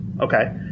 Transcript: Okay